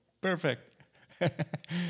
Perfect